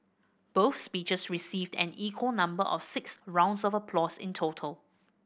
both speeches received an equal number of six rounds of applause in total